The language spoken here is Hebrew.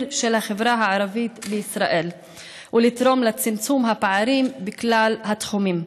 של החברה הערבית בישראל ולתרום לצמצום הפערים בכלל התחומים,